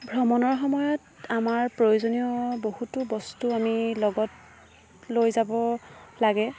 ভ্ৰমণৰ সময়ত আমাৰ প্ৰয়োজনীয় বহুতো বস্তু আমি লগত লৈ যাব লাগে